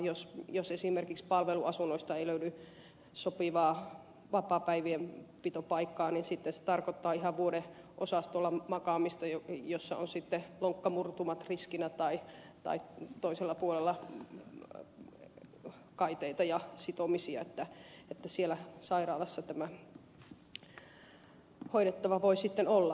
jos esimerkiksi palveluasunnoista ei löydy sopivaa vapaapäivien pitopaikkaa niin sitten se tarkoittaa ihan vuodeosastolla makaamista jossa on sitten lonkkamurtumat riskinä tai sitten käytetään kaiteita ja sitomista että siellä sairaalassa tämä hoidettava voisi olla